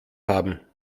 haben